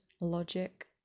logic